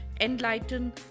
enlighten